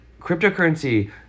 cryptocurrency